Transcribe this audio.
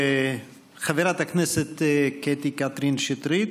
חברת הכנסת קטי (קטרין) שטרית,